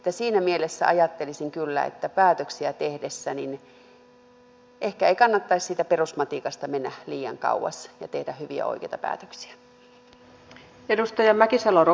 että siinä mielessä ajattelisin kyllä että päätöksiä tehdessä ehkä ei kannattaisi siitä perusmatikasta mennä liian kauas ja pitäisi tehdä hyviä ja oikeita päätöksiä